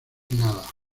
nada